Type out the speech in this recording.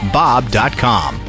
bob.com